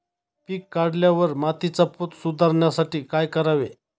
पीक काढल्यावर मातीचा पोत सुधारण्यासाठी काय करावे?